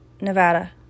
Nevada